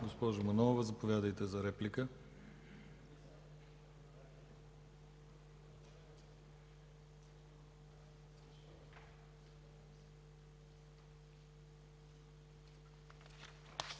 Госпожо Манолова, заповядайте за реплика.